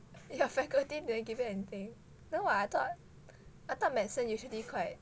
your faculty didn't you give you anything no [what] I thought I thought medicine usually quite